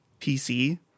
PC